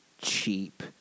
Cheap